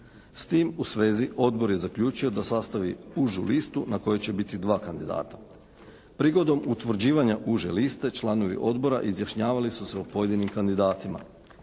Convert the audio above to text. S tim u svezi Odbor je zaključio da sastavi užu listu na kojoj će biti dva kandidata. Prigodom utvrđivanja uže liste članovi Odbora izjašnjavali su se o pojedinim kandidatima.